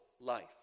life